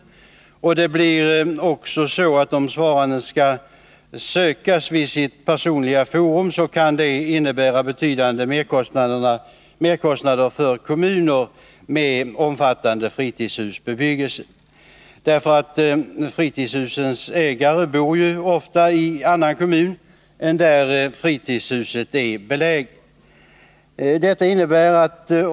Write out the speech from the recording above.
Om svaranden skall sökas vid sitt personliga forum, kan detta innebära betydande merkostnader för kommuner med omfattande fritidshusbebyggelse. Fritidshusens ägare bor ju ofta i en annan kommun än i den där fritidshuset är beläget.